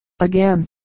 Again